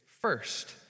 first